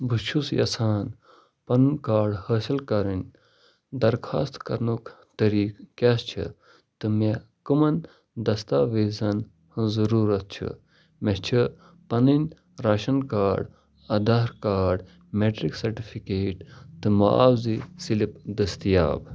بہٕ چھُس یژھان پنُن کارڈ حٲصل کرٕنۍ درخواست کرنُک طریقہٕ کیٛاہ چھِ تہٕ مےٚ کَمَن دستاویزَن ہٕنٛز ضٔروٗرت چھِ مےٚ چھِ پنٕنۍ ration card Aadhaar card matric certificate تہٕ معاوضی سِلپ دٔستیاب